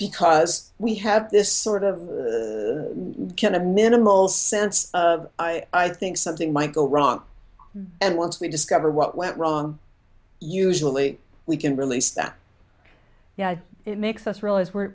because we have this sort of can a minimal sense i think something might go wrong and once we discover what went wrong usually we can release that yeah it makes us realize we're